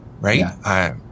right